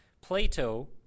Plato